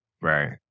Right